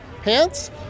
pants